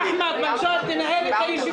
בחוות דעת של היועץ המשפטי,